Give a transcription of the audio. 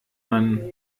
man